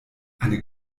eine